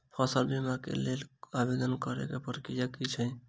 फसल बीमा केँ लेल आवेदन करै केँ प्रक्रिया की छै?